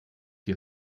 die